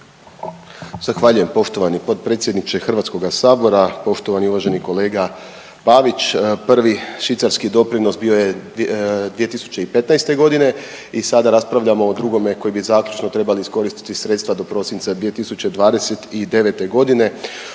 Zahvaljujem poštovani potpredsjedniče Hrvatskoga sabora, poštovani uvaženi kolega Pavić. Prvi švicarski doprinos bio je 2015. godine i sada raspravljamo o drugome koji bi zaključno trebali iskoristiti sredstva do prosinca 2029. godine